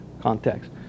context